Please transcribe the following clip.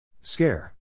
Scare